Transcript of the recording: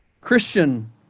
Christian